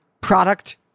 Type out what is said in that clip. Product